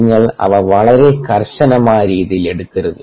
നിങ്ങൾ അവ വളരെ കർശനമായ രീതിയിൽ എടുക്കരുത്